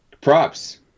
Props